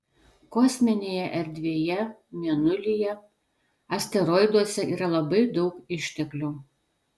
kosminėje erdvėje mėnulyje asteroiduose yra labai daug išteklių